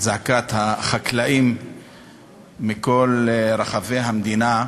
את זעקת החקלאים מכל רחבי המדינה,